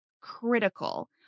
critical